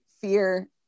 fear